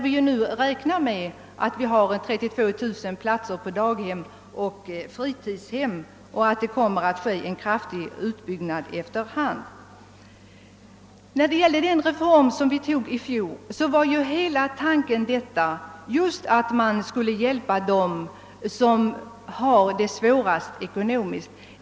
Vi räknar nu med att ha 32000 platser på daghem och fritidshem, och vi räknar också med en kraftig utbyggnad efter hand. När det gäller den reform som vi antog i fjol var hela tanken just att man skulle hjälpa dem som har det svårast ekonomiskt.